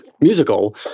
musical